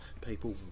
people